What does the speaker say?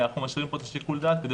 אנחנו משאירים פה איזושהי שיקול דעת כדי